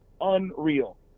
unreal